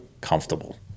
comfortable